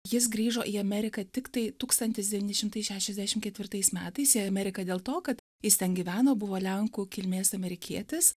jis grįžo į ameriką tiktai tūkstantis devyni šimtai šešiasdešim ketvirtais metais į ameriką dėl to kad jis ten gyveno buvo lenkų kilmės amerikietis